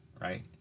right